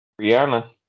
Rihanna